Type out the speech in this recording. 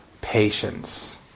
patience